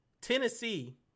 Tennessee